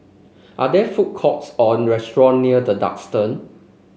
are there food courts or restaurant near The Duxton